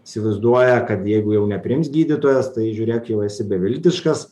įsivaizduoja kad jeigu jau nepriims gydytojas tai žiūrėk jau esi beviltiškas